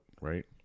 right